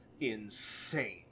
insane